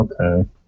okay